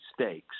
stakes